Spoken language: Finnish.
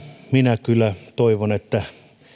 minä kyllä toivon että